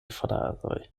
frazoj